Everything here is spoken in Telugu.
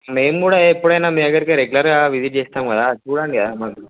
మేము కూడా ఎప్పుడన మీ దగ్గరకి రెగ్యులర్గా విజిట్ చేస్తాం కదా చూడండి కదా